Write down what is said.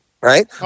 right